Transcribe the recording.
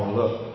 look